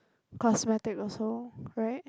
cosmetic also right